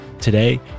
Today